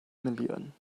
miliwn